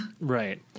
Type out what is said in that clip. Right